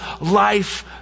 life